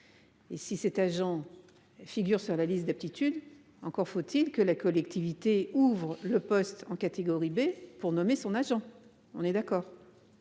Et si cet agent. Figure sur la liste d'aptitude. Encore faut-il que la collectivité ouvre le poste en catégorie B pour nommer son agent, on est d'accord.